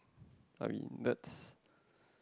I mean that's